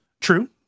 True